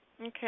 Okay